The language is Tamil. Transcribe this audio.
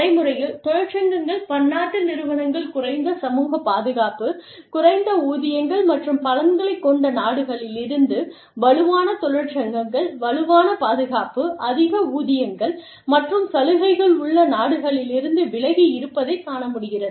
நடைமுறையில் தொழிற்சங்கங்கள் பன்னாட்டு நிறுவனங்கள் குறைந்த சமூகப் பாதுகாப்பு குறைந்த ஊதியங்கள் மற்றும் பலன்களைக் கொண்ட நாடுகளிலிருந்து வலுவான தொழிற்சங்கங்கள் வலுவான பாதுகாப்பு அதிக ஊதியங்கள் மற்றும் சலுகைகள் உள்ள நாடுகளிலிருந்து விலகி இருப்பதைக் காண முடிகிறது